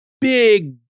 big